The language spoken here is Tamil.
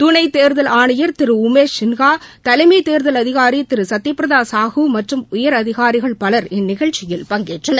துணை தேர்தல் ஆணையர் திரு உமேஷ் சின்ஹா தலைஸம தேர்தல் அதிகாரி திரு சத்யபிரதா சாஹூ மற்றும் உயர் அதிகாரிகள் பலர் இந்நிகழ்ச்சியில் பங்கேற்றனர்